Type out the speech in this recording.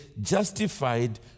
justified